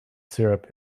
syrup